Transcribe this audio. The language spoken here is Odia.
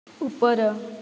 ଉପର